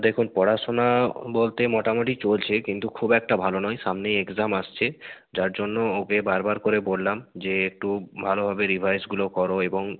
দেখুন পড়াশুনা বলতে মোটামুটি চলছে কিন্তু খুব একটা ভালো নয় সামনে এক্স্যাম আসছে যার জন্য ওকে বারবার করে বললাম যে একটু ভালোভাবে রিভাইসগুলো করো এবং